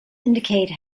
indicate